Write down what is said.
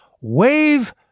Wave